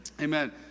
Amen